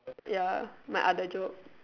ya my other job